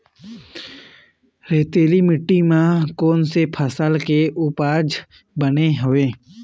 रेतीली माटी म कोन से फसल के उपज बने होथे?